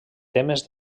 temes